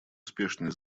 успешное